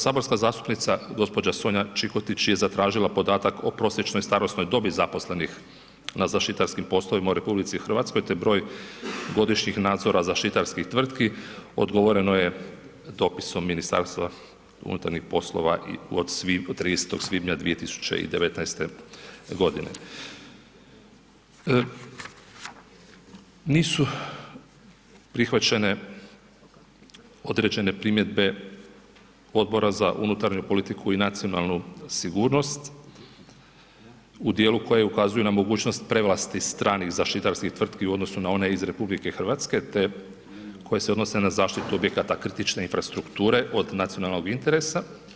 Saborska zastupnica gđa. Sonja Čikotić je zatražila podatak o prosječnoj starosnoj dobi zaposlenih na zaštitarskim poslovima u RH, te broj godišnjih nadzora zaštitarskih tvrtki, odgovoreno je dopisom MUP-a od 30. svibnja 2019.g. Nisu prihvaćene određene primjedbe Odbora za unutarnju politiku i nacionalnu sigurnost u dijelu koje ukazuju na mogućnost prevlasti stranih zaštitarskih tvrtki u odnosu na one iz RH, te koje se odnose na zaštitu objekata krtične infrastrukture od nacionalnog interesa.